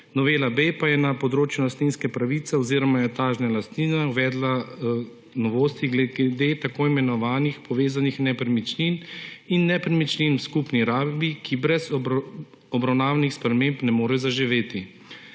novela B pa je na področju lastninske pravice oziroma etažne lastnine uvedla novosti glede tako imenovanih povezanih nepremičnin in nepremičnin v skupni rabi, ki brez obravnavanih sprememb ne morejo zaživeti.